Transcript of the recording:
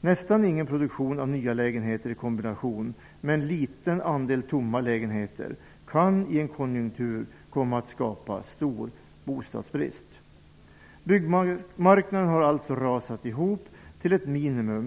Nästan ingen produktion av nya lägenheter i kombination med en liten andel tomma lägenheter kan i en högkonjunktur komma att skapa stor bostadsbrist. Byggmarknaden har alltså rasat ihop till ett minimum.